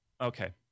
Okay